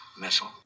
missile